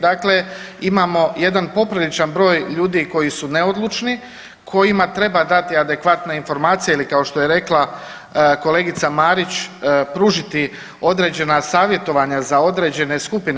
Dakle, imamo jedan popriličan broj ljudi koji su neodlučni kojima treba dati adekvatne informacije ili kao što je rekla kolegica Marić pružiti određena savjetovanja za određene skupine.